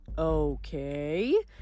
Okay